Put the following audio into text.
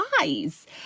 eyes